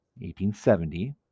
1870